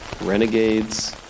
renegades